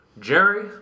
Jerry